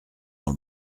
dans